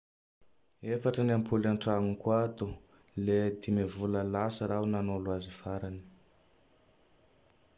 Efatra ny ampolo an-tragnoko ato. Le Dimy vola lasa raho nanolo azy farany.